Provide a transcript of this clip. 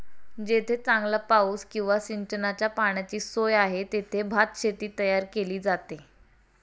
जेथे चांगला पाऊस किंवा सिंचनाच्या पाण्याची सोय आहे, तेथे भातशेती तयार केली जाते